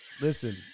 Listen